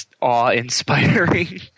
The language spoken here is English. awe-inspiring